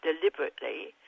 deliberately